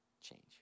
Change